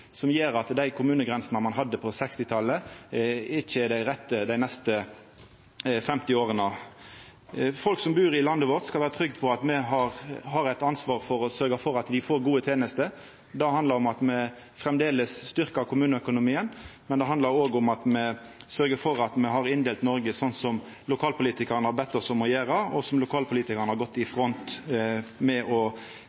som gjer at dei kommunegrensene ein hadde på 1960-talet, ikkje er dei rette dei neste 50 åra. Folk som bur i landet vårt, skal vera trygge på at me har eit ansvar for å sørgja for at dei får gode tenester. Det handlar om at me framleis styrkjer kommuneøkonomien, men det handlar òg om at me sørgjer for at me har inndelt Noreg slik som lokalpolitikarane har bedt oss om å gjera, og som lokalpolitikarane har gått i